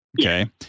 okay